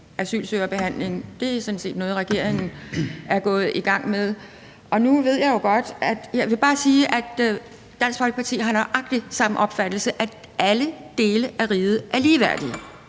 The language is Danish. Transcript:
asylsøgerbehandling. Det er sådan set noget, regeringen er gået i gang med. Jeg vil bare sige, at Dansk Folkeparti har nøjagtig samme opfattelse: Alle dele af riget er ligeværdige,